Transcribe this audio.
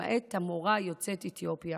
למעט המורה יוצאת אתיופיה